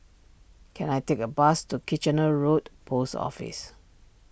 can I take a bus to Kitchener Road Post Office